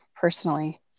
personally